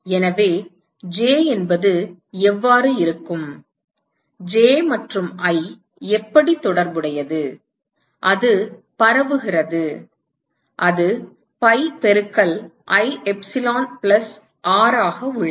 எனவே J என்பது எவ்வாறு இருக்கும் J மற்றும் I எப்படி தொடர்புடையது அது பரவுகிறது அது pi பெருக்கல் I எப்சிலான் பிளஸ் r ஆக உள்ளது